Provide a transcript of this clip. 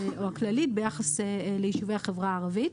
או הכללית, ביחס ליישובי החברה הערבית.